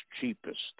cheapest